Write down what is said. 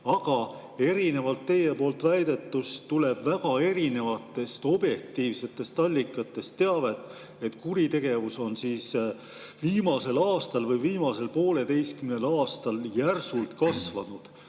Aga erinevalt teie väidetust tuleb väga erinevatest objektiivsetest allikatest teavet, et kuritegevus on viimasel aastal või viimasel pooleteisel aastal järsult kasvanud.